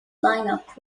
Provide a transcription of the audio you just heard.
lineup